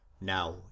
now